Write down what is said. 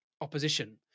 opposition